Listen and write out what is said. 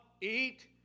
eat